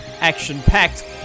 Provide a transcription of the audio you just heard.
action-packed